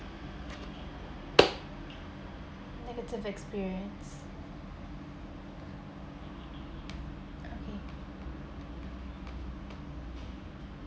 negative experience